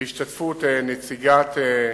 בהשתתפות נציגת,